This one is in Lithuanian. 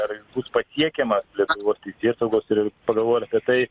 ar jis bus patiekiamas lietuvos teisėsaugos ir pagalvojau ir apie tai